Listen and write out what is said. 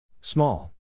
Small